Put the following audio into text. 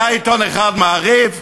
היה עיתון אחד, "מעריב"